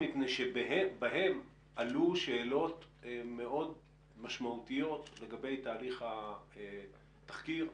מפני שבהם עלו שאלות מאוד משמעותיות לגבי תהליך התחקיר,